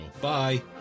Bye